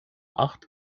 acht